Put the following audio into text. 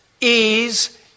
ease